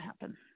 happen